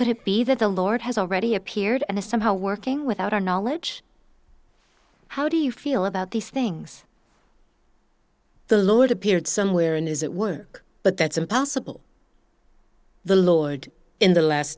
could it be that the lord has already appeared and is somehow working without our knowledge how do you feel about these things the lord appeared somewhere and is at work but that's impossible the lord in the last